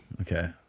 Okay